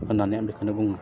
होननानै आं बेखौनो बुङो